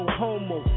homo